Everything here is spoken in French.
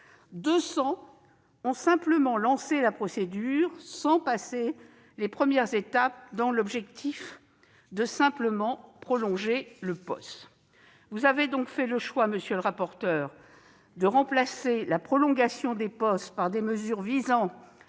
200 ont simplement lancé la procédure, sans passer les premières étapes, dans l'objectif de simplement prolonger leur POS. Vous avez donc fait le choix, monsieur le rapporteur, de remplacer la prolongation des POS par des mesures visant